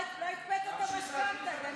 לא הקפאתם את המשכנתה, דנינו.